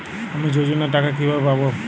আমি যোজনার টাকা কিভাবে পাবো?